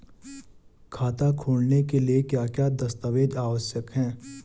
खाता खोलने के लिए क्या क्या दस्तावेज़ आवश्यक हैं?